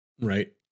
Right